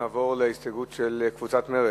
נעבור להסתייגות של קבוצת מרצ.